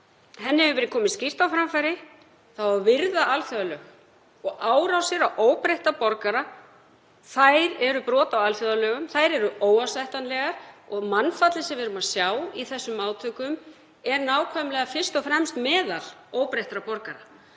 hana, hefur verið komið skýrt á framfæri. Það á að virða alþjóðalög og árásir á óbreytta borgara eru brot á alþjóðalögum. Þær eru óásættanlegar og mannfallið sem við sjáum í þessum átökum er fyrst og fremst meðal óbreyttra borgara.